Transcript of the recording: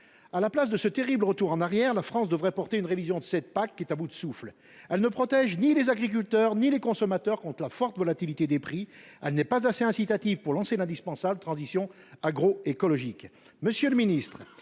Plutôt que ce terrible retour en arrière, la France devrait encourager une révision de cette PAC, qui est à bout de souffle, qui ne protège ni les agriculteurs ni les consommateurs contre la forte volatilité des prix, et qui n’incite pas suffisamment à lancer l’indispensable transition agroécologique.